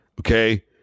okay